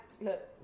Look